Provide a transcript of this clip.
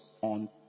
on